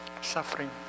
Suffering